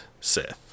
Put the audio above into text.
Sith